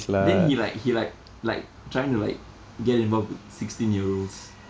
then he like he like like trying to like get involved with sixteen year olds